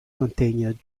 continued